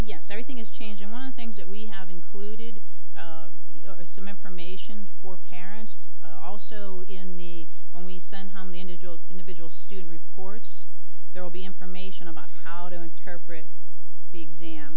yes everything is changing one of things that we have included some information for parents also in the when we send home the individual individual student reports there will be information about how to interpret the exam